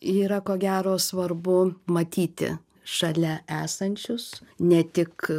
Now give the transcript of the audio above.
yra ko gero svarbu matyti šalia esančius ne tik